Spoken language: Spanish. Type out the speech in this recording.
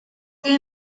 que